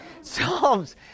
Psalms